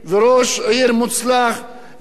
כל החיים שלי תרמתי לציבור, תודה.